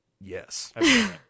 Yes